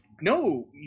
No